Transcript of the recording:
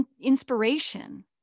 inspiration